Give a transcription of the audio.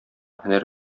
һөнәр